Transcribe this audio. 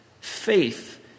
faith